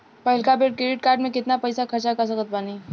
पहिलका बेर credit card से केतना पईसा खर्चा कर सकत बानी?